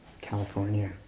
California